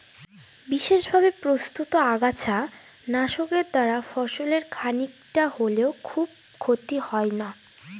বিশেষভাবে প্রস্তুত আগাছা নাশকের দ্বারা ফসলের খানিকটা হলেও খুব ক্ষতি হয় না